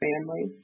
family